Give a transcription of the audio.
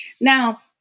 Now